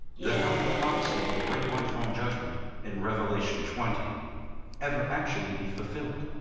then how will the prophecy of the great white throne judgment in revelation twenty ever actually be fulfilled?